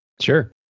Sure